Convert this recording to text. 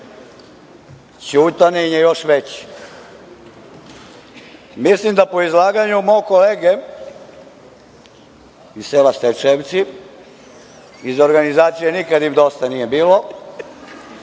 ćutanje je još veće“.Mislim da po izlaganju mog kolege iz sela Stajčevci, iz organizacije „Nikad im dosta nije bilo“